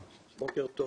(הצגת מצגת) בוקר טוב